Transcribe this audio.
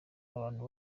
abantu